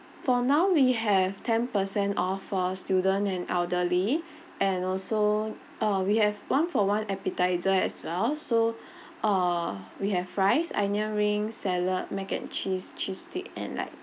for now we have ten percent off for student and elderly and also uh we have one for one appetiser as well so uh we have fries onion ring salad mac and cheese cheese stick and like